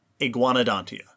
Iguanodontia